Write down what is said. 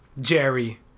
Jerry